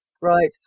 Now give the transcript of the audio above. Right